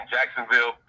Jacksonville